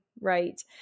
right